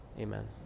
Amen